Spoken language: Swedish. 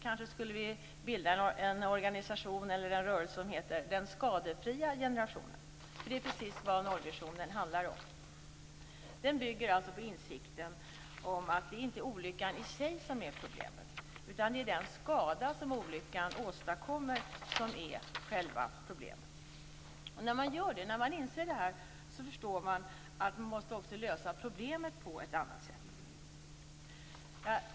Kanske skulle vi bilda en organisation eller en rörelse som heter Den skadefria generationen. Det är precis vad nollvisionen handlar om. Den bygger alltså på insikten om att det inte är olyckan i sig som är problemet. Det är den skada som olyckan åstadkommer som är själva problemet. När man inser det här, förstår man att man också måste lösa problemet på ett annat sätt.